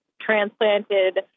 transplanted